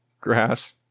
grass